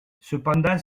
cependant